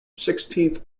sixteenth